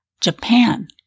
Japan